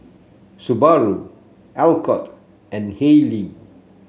Subaru Alcott and Haylee